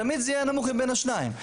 תמיד זה יהיה הנמוך מבין השניים,